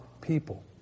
people